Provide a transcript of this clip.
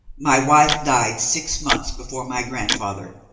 my wife died six months before my grandfather,